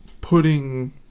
putting